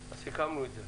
אז סיכמנו את זה,